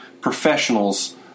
professionals